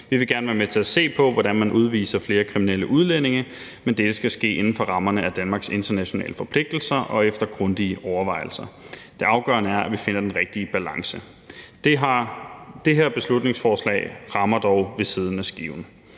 Vi vil gerne være med til at se på, hvordan man kan udvise flere kriminelle udlændinge, men det skal ske inden for rammerne af Danmarks internationale forpligtelser og efter grundige overvejelser. Det afgørende er, at vi finder den rigtige balance. Det her beslutningsforslag rammer dog ved siden af skiven.